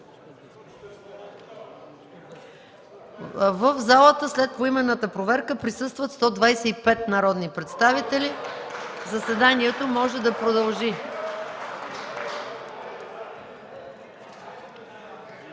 В залата след поименната проверка присъстват 125 народни представители. (Ръкопляскания.) Заседанието може да продължи.